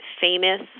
famous